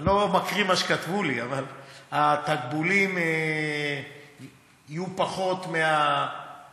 אני לא מקריא מה שכתבו לי התקבולים יהיו פחות מהקצבאות,